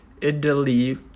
Italy